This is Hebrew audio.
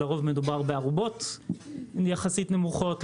לרוב מדובר בארובות יחסית נמוכות,